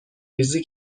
ریزی